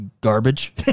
garbage